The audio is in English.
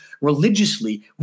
religiously